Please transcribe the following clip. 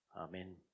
Amen